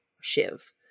Shiv